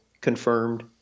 confirmed